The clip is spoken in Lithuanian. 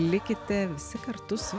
likite visi kartu su